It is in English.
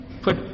put